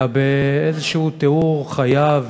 אלא באיזשהו תיאור חייו